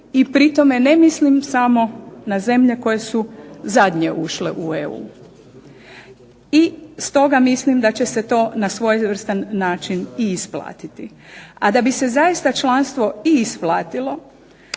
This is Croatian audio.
i pri tome ne mislim samo na zemlje koje su zadnje ušle u EU. I stoga mislim da će se to na svojevrstan način i isplatiti, a da bi se zaista članstvo i isplatilo